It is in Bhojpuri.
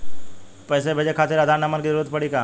पैसे भेजे खातिर आधार नंबर के जरूरत पड़ी का?